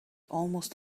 almost